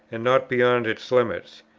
and not beyond its limits.